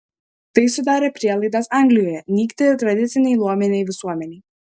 tai sudarė prielaidas anglijoje nykti tradicinei luominei visuomenei